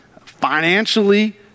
financially